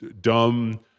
dumb